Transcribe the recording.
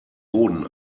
boden